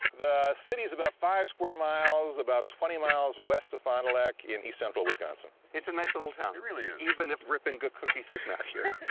the city's about five square miles, about twenty miles west of fond du lac, in east central wisconsin. it's a nice little town. it really is. even if rippin' good cookies is not here.